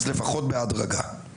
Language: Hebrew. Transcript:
אז לפחות בהדרגה.